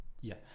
Yes